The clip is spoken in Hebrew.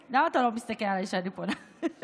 אינטרסים, למה אתה לא מסתכל עליי כשאני פונה אליך?